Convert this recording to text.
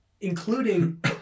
including